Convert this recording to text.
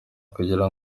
kugira